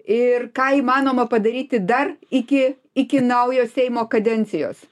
ir ką įmanoma padaryti dar iki iki naujo seimo kadencijos